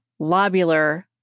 lobular